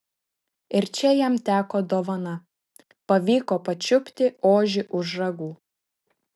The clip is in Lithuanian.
ir čia jam teko dovana pavyko pačiupti ožį už ragų